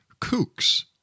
kooks